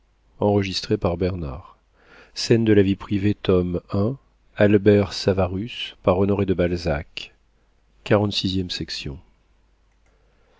scènes de la vie privée tome i by honoré de balzac